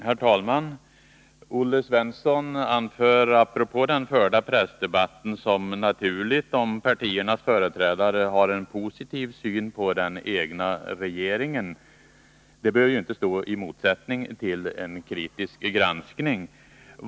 Herr talman! Olle Svensson anför, apropå den förda pressdebatten, som naturligt att partiernas företrädare har en positiv syn på den egna regeringen. Det behöver ju inte stå i motsättning till en kritisk granskning.